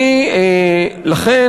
לכן,